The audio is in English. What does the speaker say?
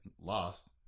Lost